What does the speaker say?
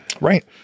Right